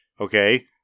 Okay